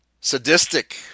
sadistic